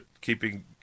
Keeping